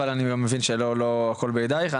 אבל אני גם מבין שלא הכל בידייך,